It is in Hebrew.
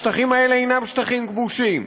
השטחים האלה הם שטחים כבושים,